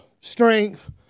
strength